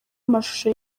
amashusho